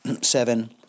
seven